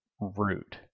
root